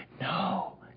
no